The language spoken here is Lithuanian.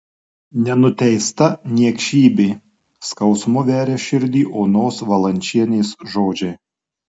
nenuteista niekšybė skausmu veria širdį onos valančienės žodžiai